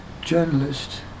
journalist